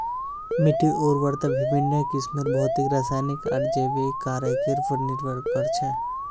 मिट्टीर उर्वरता विभिन्न किस्मेर भौतिक रासायनिक आर जैविक कारकेर पर निर्भर कर छे